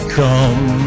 come